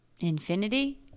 Infinity